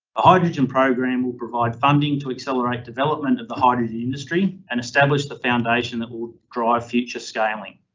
hydrogen program will provide funding to accelerate development of the hydrogen industry and establish the foundation that will drive future scaling.